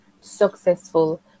successful